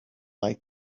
like